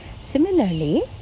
Similarly